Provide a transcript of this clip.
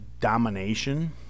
domination